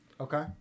Okay